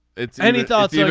it's any thoughts. yeah